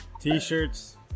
T-shirts